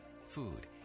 food